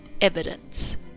evidence